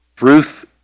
Ruth